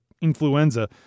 influenza